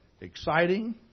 exciting